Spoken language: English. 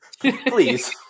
Please